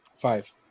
Five